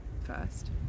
first